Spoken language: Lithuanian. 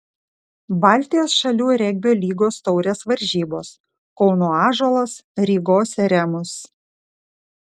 baltijos šalių regbio lygos taurės varžybos kauno ąžuolas rygos remus